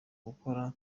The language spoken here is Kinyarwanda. gukora